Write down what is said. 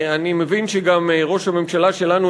אני מבין שגם ראש הממשלה שלנו,